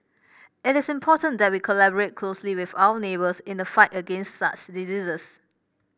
it is important that we collaborate closely with our neighbours in the fight against such diseases